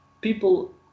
people